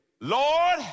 Lord